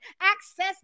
access